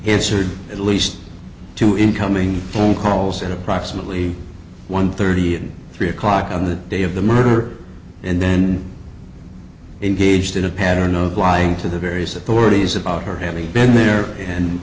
answered at least two incoming phone calls in approximately one thirty and three o'clock on the day of the murder and then engaged in a pattern of lying to the various authorities about her having been there and